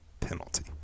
penalty